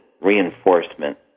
reinforcement